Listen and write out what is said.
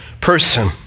person